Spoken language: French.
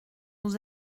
vous